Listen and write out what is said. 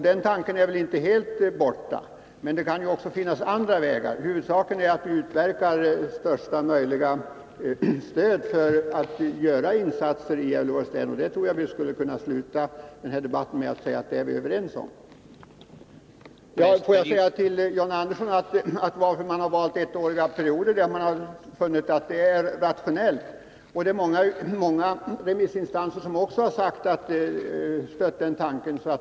Den tanken är väl inte helt borta, men det kan också finnas andra vägar. Huvudsaken är att vi utverkar största möjliga stöd för att göra insatser i Gävleborgs län. Då skulle vi kunna sluta denna debatt genom att säga att vi är överens om detta. Till John Andersson vill jag säga att vi valt ettåriga perioder för att man funnit detta rationellt. Många remissinstanser har stött den tanken.